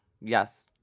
yes